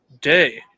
day